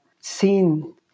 seen